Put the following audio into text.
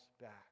back